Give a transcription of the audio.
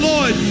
Lord